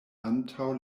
antaŭ